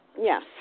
Yes